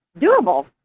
doable